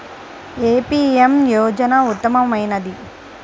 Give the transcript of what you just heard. ఏ PM యోజన ఉత్తమమైనది?